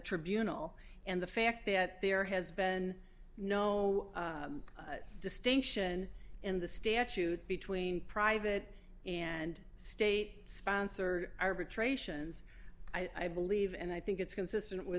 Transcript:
tribunal and the fact that there has been no distinction in the statute between private and state sponsored arbitrations i believe and i think it's consistent